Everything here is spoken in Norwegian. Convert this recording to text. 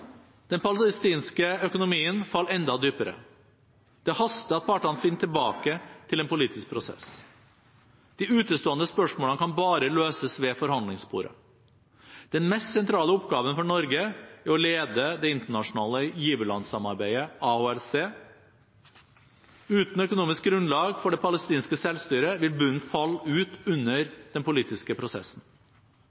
Den palestinske økonomien faller enda dypere. Det haster at partene finner tilbake til en politisk prosess. De utestående spørsmålene kan bare løses ved forhandlingsbordet. Den mest sentrale oppgaven for Norge er å lede det internasjonale giverlandssamarbeidet, AHLC. Uten økonomisk grunnlag for det palestinske selvstyret vil bunnen falle ut under den politiske prosessen.